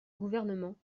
gouvernement